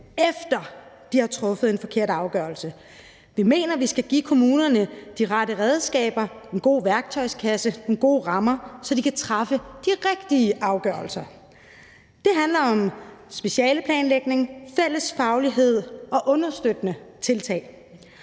efter at de har truffet en forkert afgørelse. Vi mener, at vi skal give kommunerne de rette redskaber, en god værktøjskasse, nogle gode rammer, så de kan træffe de rigtige afgørelser. Det handler om specialeplanlægning, fælles faglighed og understøttende tiltag.